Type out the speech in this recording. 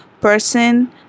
person